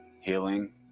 Healing